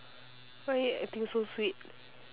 why you acting so sweet